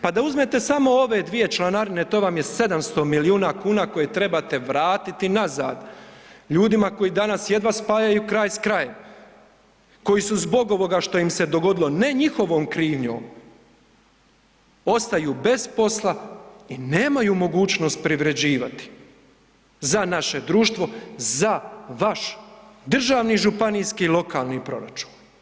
Pa da uzmete samo ove dvije članarine to vam je 700 milijuna kuna koje trebate vratiti nazad ljudima koji danas jedva spajaju kraj s krajem, koji su zbog ovoga što im se dogodilo, ne njihovom krivnjom, ostaju bez posla i nemaju mogućnost privređivati za naše društvo, za vaš državni, županijski, lokalni proračun.